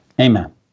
Amen